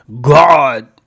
God